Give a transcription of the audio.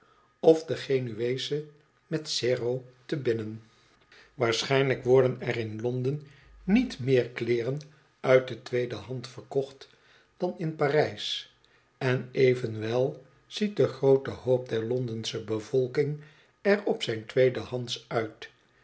of de genueesche mezzero te binnen waarschijnlijk worden er in londen niet meer kleeren uit de tweede hand verkocht dan in p a r ij s en evenwel ziet de groote hoop der londensche bevolking er op zijn tweede hands uit